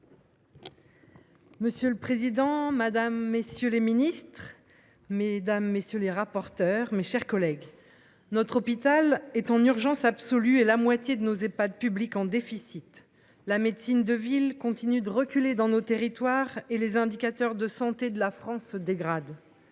Monsieur le président, madame la ministre, messieurs les ministres, mes chers collègues, notre hôpital est en situation d’urgence absolue et la moitié de nos Ehpad publics est en déficit. La médecine de ville continue de reculer dans nos territoires et les indicateurs de santé de la France se dégradent.